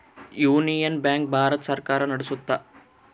union Bank Bharat ಸರ್ಕಾರ ನಡ್ಸುತ್ತ